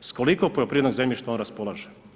s koliko poljoprivrednog zemljišta on raspolaže.